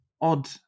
odd